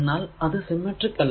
എന്നാൽ അത് സിമെട്രിക് അല്ല